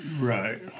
Right